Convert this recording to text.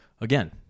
again